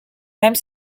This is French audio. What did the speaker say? même